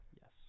Yes